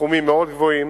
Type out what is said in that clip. סכומים מאוד גבוהים,